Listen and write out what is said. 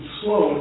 slow